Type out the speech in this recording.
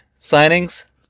signings